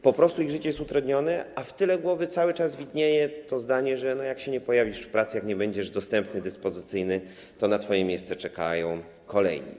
Po prostu ich życie jest utrudnione, a w tyle głowy cały czas pozostaje zdanie: Jak się nie pojawisz w pracy, nie będziesz dostępny, dyspozycyjny, to na twoje miejsce czekają kolejni.